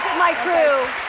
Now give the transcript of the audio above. my crew.